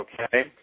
okay